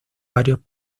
varios